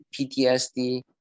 PTSD